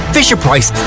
Fisher-Price